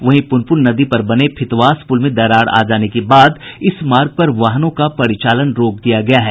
वहीं पुनपुन नदी पर बने फितवास पुल में दरार आ जाने के बाद इस मार्ग से वाहनों का परिचालन रोक दिया गया है